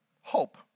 hope